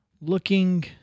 looking